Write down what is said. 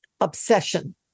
obsession